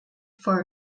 for